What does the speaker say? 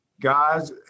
Guys